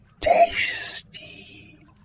tasty